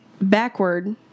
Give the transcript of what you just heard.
Backward